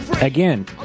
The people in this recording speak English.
again